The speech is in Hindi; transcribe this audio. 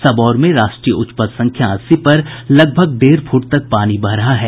सबौर में राष्ट्रीय उच्च पथ संख्या अस्सी पर लगभग डेढ़ फूट तक पानी बह रहा है